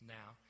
now